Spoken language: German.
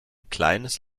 kleines